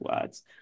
words